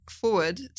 forward